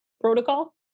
protocol